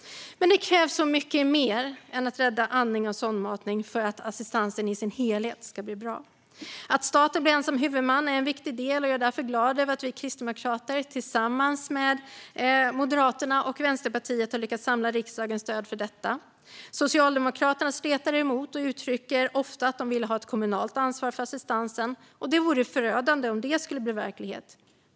Men det krävs mycket mer än att rädda andning och sondmatning för att assistansen i sin helhet ska bli bra. Att staten blir ensam huvudman är en viktig del. Jag är därför glad över att vi kristdemokrater tillsammans med Moderaterna och Vänsterpartiet har lyckats samla riksdagens stöd för detta. Socialdemokraterna stretar emot och uttrycker ofta att de vill ha ett kommunalt ansvar för assistansen. Det vore förödande om det skulle bli verklighet.